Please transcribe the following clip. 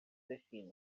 destinos